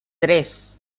tres